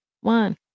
one